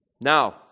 Now